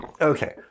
Okay